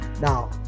Now